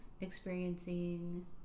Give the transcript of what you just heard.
experiencing